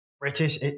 British